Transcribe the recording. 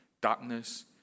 darkness